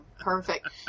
Perfect